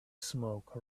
smoke